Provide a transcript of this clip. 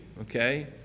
okay